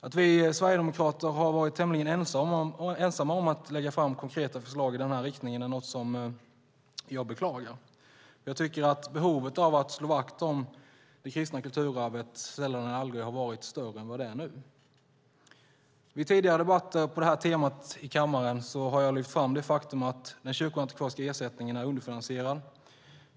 Att vi sverigedemokrater har varit tämligen ensamma om att lägga fram konkreta förslag i denna riktning är något som jag beklagar. Jag tycker att behovet av att slå vakt om det kristna kulturarvet sällan eller aldrig har varit större än vad det är nu. I tidigare debatter på temat i kammaren har jag lyft fram det faktum att den kyrkoantikvariska ersättningen är underfinansierad.